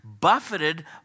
buffeted